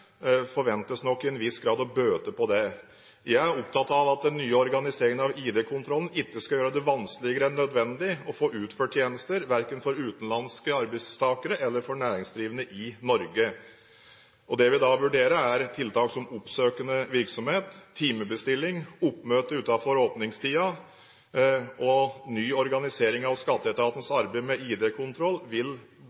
forventes nok til en viss grad å bøte på det. Jeg er opptatt av at den nye organiseringen av ID-kontrollen ikke skal gjøre det vanskeligere enn nødvendig å få utført tjenester, verken for utenlandske arbeidstakere eller for næringsdrivende i Norge. Det vi vurderer, er tiltak som oppsøkende virksomhet, timebestilling og oppmøte utenfor åpningstiden. Ny organisering av skatteetatens